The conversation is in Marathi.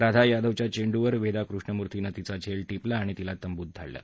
राधा यादवच्या चेंडूवर वेदा कृष्णमूर्तीनं तिचा झेल टिपला आणितिला तंबूत धाडलं